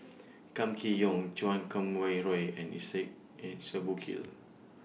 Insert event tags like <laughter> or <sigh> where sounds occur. <noise> Kam Kee Yong Chan Kum Wah Roy and Isaac Henry Burkill